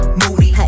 moody